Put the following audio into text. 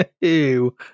ew